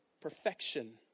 perfection